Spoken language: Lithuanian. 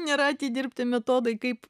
nėra atidirbti metodai kaip